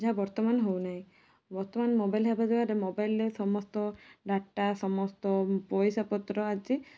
ଯାହା ବର୍ତ୍ତମାନ ହେଉ ନାହିଁ ବର୍ତ୍ତମାନ ମୋବାଇଲ ହେବା ଦ୍ୱାରା ମୋବାଇଲର ସମସ୍ତ ଡାଟା ସମସ୍ତ ପଇସାପତ୍ର ଆଦି